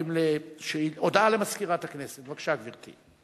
הודעה למזכירת הכנסת, בבקשה, גברתי.